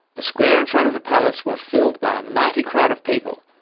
the square in front of the palace were filled by a mighty crowd of people.